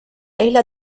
isla